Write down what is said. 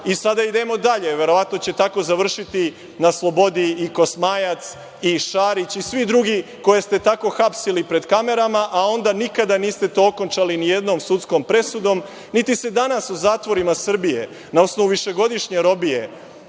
Sada idemo dalje. Verovatno će tako završiti na slobodi i Kosmajac, i Šarić, i svi drugi koje ste tako hapsili pred kamerama, a onda nikada niste to okončali ni jednom sudskom presudom, niti se danas u zatvorima Srbije, na osnovu višegodišnje robije,